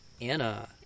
Anna